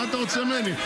מה אתה רוצה ממני?